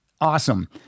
awesome